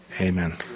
Amen